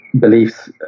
beliefs